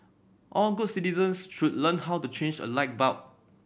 all good citizens should learn how to change a light bulb